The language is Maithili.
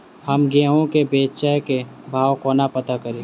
हम गेंहूँ केँ बेचै केँ भाव कोना पत्ता करू?